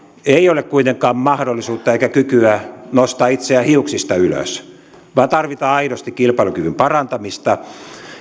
ei ole kuitenkaan mahdollisuutta eikä kykyä nostaa itseään hiuksista ylös vaan tarvitaan aidosti kilpailukyvyn parantamista